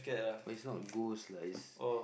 but it's not ghost lah it's